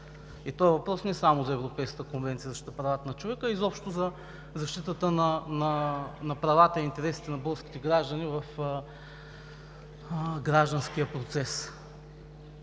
И този въпрос е не само за Европейската конвенция за защита правата на човека, а изобщо за защитата на правата и интересите на българските граждани в гражданския процес.